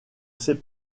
sais